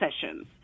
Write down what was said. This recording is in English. sessions